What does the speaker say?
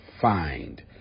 find